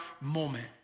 moment